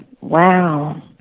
wow